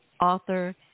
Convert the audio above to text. author